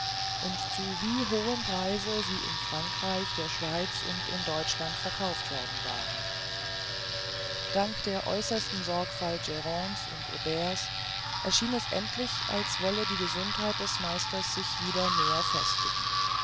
und zu wie hohem preise sie in frankreich der schweiz und in deutschland verkauft worden waren dank der äußersten sorgfalt grande's und aubert's schien es endlich als wolle die gesundheit des meisters sich wieder mehr festigen